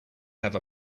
have